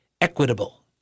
equitable